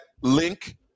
link